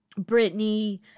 Britney